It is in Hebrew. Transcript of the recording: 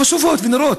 חשופות ונראות,